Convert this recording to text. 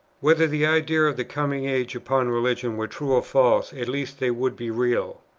whether the ideas of the coming age upon religion were true or false, at least they would be real.